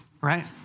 right